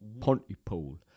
Pontypool